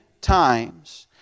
times